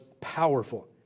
powerful